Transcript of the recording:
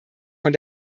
von